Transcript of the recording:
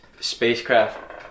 spacecraft